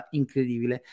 incredibile